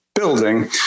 building